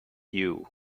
you